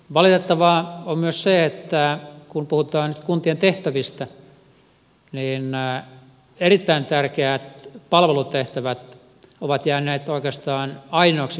valitettavaa on myös se että kun puhutaan kuntien tehtävistä niin erittäin tärkeät palvelutehtävät ovat jääneet oikeastaan ainoaksi mistä tässä puhutaan